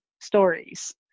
stories